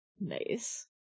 Nice